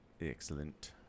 Excellent